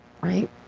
right